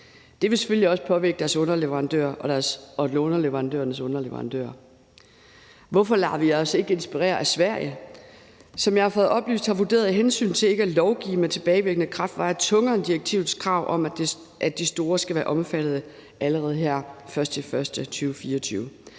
det vil selvfølgelig også påvirke deres underleverandører og underleverandørernes underleverandører. Hvorfor lader vi os ikke inspirere af Sverige, der, som jeg har fået det oplyst, har vurderet, at hensynet til ikke at lovgive med tilbagevirkende kraft vejer tungere end direktivets krav om, at de store virksomheder skal være omfattet allerede her den 1.